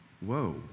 Whoa